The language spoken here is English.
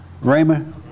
Raymond